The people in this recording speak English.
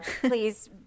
please